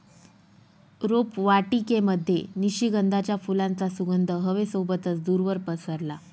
रोपवाटिकेमध्ये निशिगंधाच्या फुलांचा सुगंध हवे सोबतच दूरवर पसरला